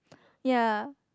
yea